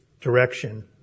direction